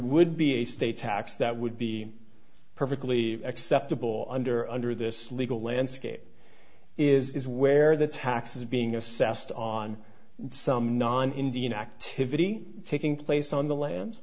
would be a state tax that would be perfectly acceptable under under this legal landscape is where the tax is being assessed on some non indian activity taking place on the la